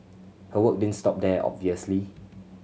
her work didn't stop there obviously